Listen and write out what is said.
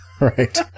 Right